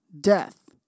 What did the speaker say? death